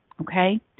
Okay